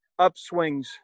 upswings